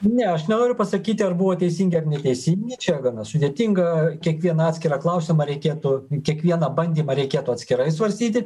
ne aš nenoriu pasakyti ar buvo teisingi ar neteisingi čia gana sudėtinga kiekvieną atskirą klausimą reikėtų kiekvieną bandymą reikėtų atskirai svarstyti